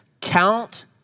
count